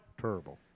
Terrible